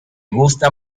gusta